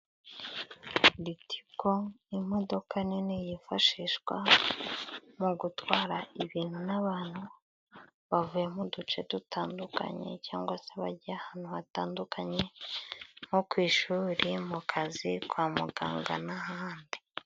Litiko imodoka nini yifashishwa mu gutwara ibintu n'abantu bavuye mu duce dutandukanye cyangwa se bajya ahantu hatandukanye nko ku ishuri, mu kazi, kwa muganga n'ahandi.